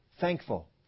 thankful